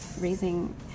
raising